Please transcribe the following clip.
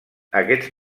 aquests